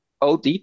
OD